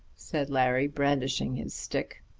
said larry brandishing his stick.